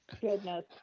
Goodness